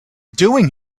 doing